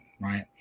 Right